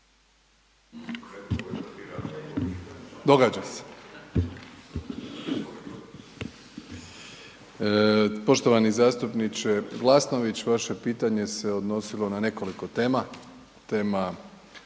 (HDZ)** Poštovani zastupniče Glasnović, vaše pitanje se odnosilo na nekoliko tema,